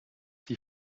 die